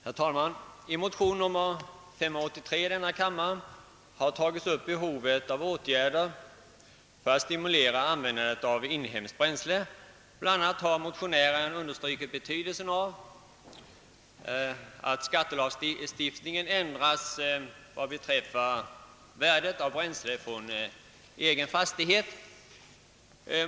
Herr talman! I motionen nr 583 i denna kammare har tagits upp behovet av åtgärder för att stimulera användandet av inhemskt bränsle. Motionären har bl.a. understrukit betydelsen av att skattelagstiftningen ändras vad beträffar värdet av bränsle från egen fastighet.